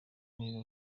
niba